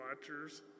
Watchers